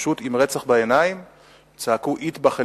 פשוט עם רצח בעיניים צעקו: "אטבח אל-יהוד",